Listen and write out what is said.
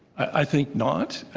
i think not.